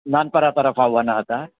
નાનપરા તરફ આવવાના હતા